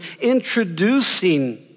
introducing